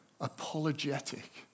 apologetic